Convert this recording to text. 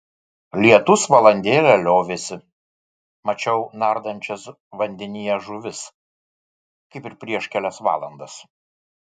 lietus valandėlę liovėsi mačiau nardančias vandenyje žuvis kaip ir prieš kelias valandas